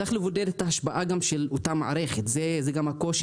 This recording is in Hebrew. צריך לבודד את ההשפעה של אותה מערכת זה גם הקושי